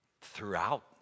throughout